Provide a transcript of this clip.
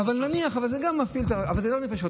הביאו חברות בין-לאומיות מהטובות ביותר